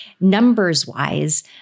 numbers-wise